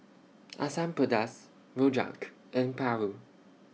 Asam Pedas Rojak and Paru